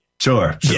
Sure